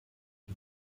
the